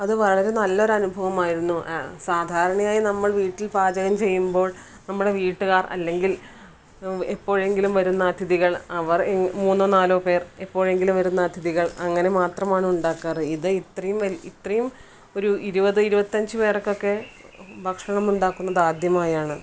അത് വളരെ നല്ലൊരു അനുഭവമായിരുന്നു ആ സാധാരണയായി നമ്മൾ വീട്ടിൽ പാചകം ചെയ്യുമ്പോൾ നമ്മളുടെ വീട്ടുകാർ അല്ലെങ്കിൽ എപ്പോഴെങ്കിലും വരുന്ന അതിഥികൾ അവർ മൂന്നോ നാലോ പേർ എപ്പോഴെങ്കിലും വരുന്ന അതിഥികൾ അങ്ങനെ മാത്രമാണ് ഉണ്ടാകാറ് ഇത് ഇത്രയും വലിയ ഇത്രയും ഒരു ഇരുവത് ഇരുവത്തഞ്ച് പേർക്കൊക്കെ ഭക്ഷണം ഉണ്ടാക്കുന്നത് ആദ്യമായാണ്